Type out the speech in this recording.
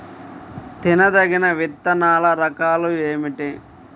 తినదగిన విత్తనాల రకాలు ఏమిటి?